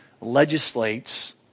legislates